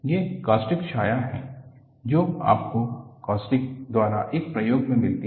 ये कास्टिक छाया हैं जो आपको कास्टिक द्वारा एक प्रयोग में मिलती हैं